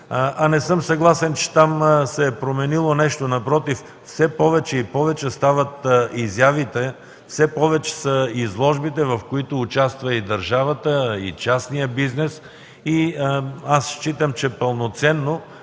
Не съм съгласен, че там се е променило нещо. Напротив, все повече и повече стават изявите. Все повече са изложбите, в които участва и държавата, и частният бизнес. Считам, че